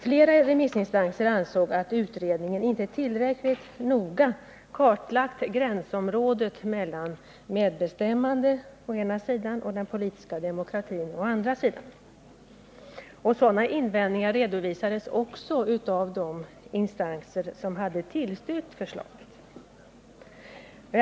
Flera remissinstanser ansåg att utredningen inte tillräckligt noga kartlagt gränsområdet mellan medbestämmande å ena sidan och politisk demokrati å den andra sidan. Sådana invändningar redovisades också från dem som tillstyrkte förslagen.